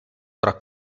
tra